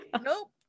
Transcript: nope